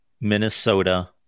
Minnesota